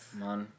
man